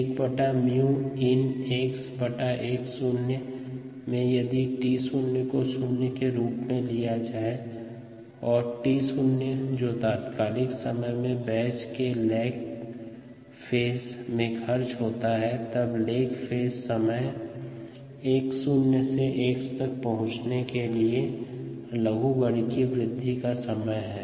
1 𝜇 ln xx0 में यदि t0 को शून्य के रूप में लिया जाये और t0 जो तत्कालीन समय में बैच के लेग फेज में खर्च होता है तब लेग फेज समय x0 से x तक पहुँचने के लिए लघुगणकीय वृद्धि का समय है